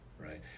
right